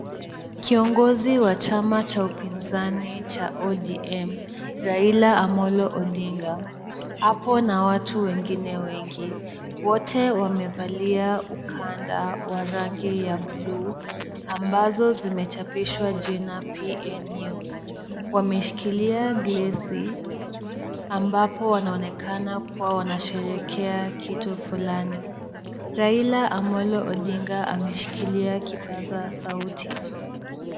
Kiongozi wa chama cha upinzani cha ODM, Raila Amolo Odinga, apo na watu wengine wengi, wote wamevalia ukanda wa rangi ya buluu ambazo zimechapishwa jina PNU. Wameshikilia glasi ambapo wanaonekana kuwa wanasherehekea kitu fulani. Raila Amolo Odinga ameshikilia kipaza sauti.